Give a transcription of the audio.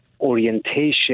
orientation